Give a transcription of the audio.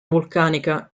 vulcanica